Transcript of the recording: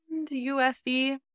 USD